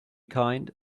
kind